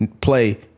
play